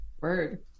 word